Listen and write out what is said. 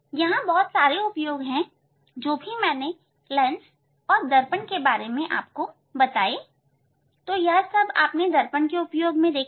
यहां यह वह सारे उपयोग हैं जो भी मैंने लेंस और दर्पण के बारे में आपको बताएं तो यह सब आपने दर्पण के उपयोग में देखा